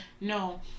No